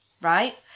right